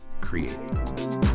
creating